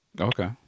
Okay